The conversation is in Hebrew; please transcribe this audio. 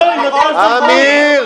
אמיר,